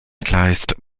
kleist